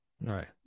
right